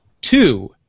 two